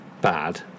bad